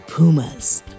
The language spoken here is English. Pumas